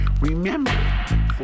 remember